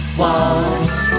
walls